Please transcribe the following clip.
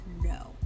no